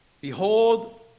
Behold